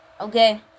Okay